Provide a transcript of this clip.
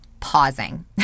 pausing